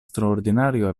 straordinario